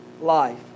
life